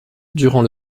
durant